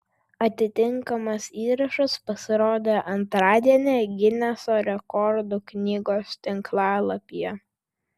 atitinkamas įrašas pasirodė antradienį gineso rekordų knygos tinklalapyje